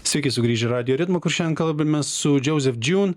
sveiki sugrįžę į radijo ritmą kur šiandien kalbamės su džozef džiūn